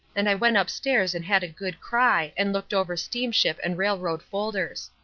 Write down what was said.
and i went upstairs and had a good cry and looked over steamship and railroad folders.